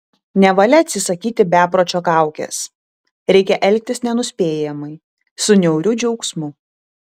nevalia atsisakyti bepročio kaukės reikia elgtis nenuspėjamai su niauriu džiaugsmu